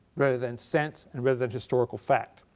rather than sense and rather than historical fact.